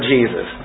Jesus